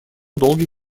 долгий